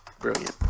Brilliant